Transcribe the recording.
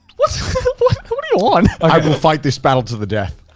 what are you on? i will fight this battle to the death.